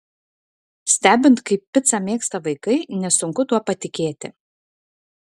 stebint kaip picą mėgsta vaikai nesunku tuo patikėti